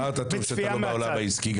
אמרת טוב שאתה לא בעולם העסקי.